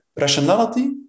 Rationality